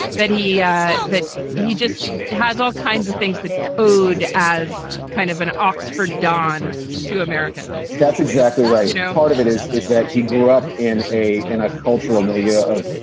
that he yeah that he just has all kinds of things that code as kind of an oxford don to americans that's exactly right. you know, part of it is, is that he grew up in a in a cultural media of,